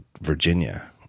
virginia